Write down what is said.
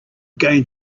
going